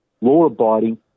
law-abiding